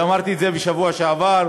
ואמרתי את זה בשבוע שעבר,